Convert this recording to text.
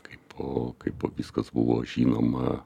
kaipo kaipo viskas buvo žinoma